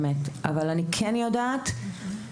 אבל אני כן יודעת שלפחות,